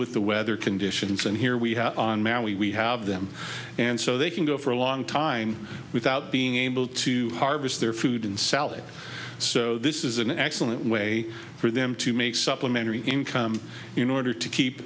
with the weather conditions and here we have on maui we have them and so they can go for a long time without being able to harvest their food and salad so this is an excellent way for them to make supplementary income in order to keep